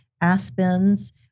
aspens